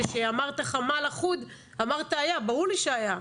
וכשאמרת חמ"ל אחוד, אמרת היה ברור לי שהיה.